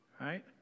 right